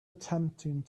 attempting